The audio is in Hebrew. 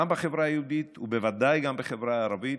גם בחברה היהודית ובוודאי גם בחברה הערבית,